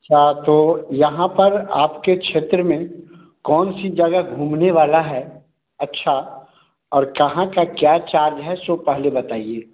अच्छा तो यहाँ पर आपके क्षेत्र में कौन सी जगह घूमने वाली है अच्छी और कहाँ का क्या चार्ज है सो पहले बताइए